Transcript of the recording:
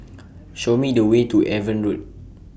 Show Me The Way to Avon Road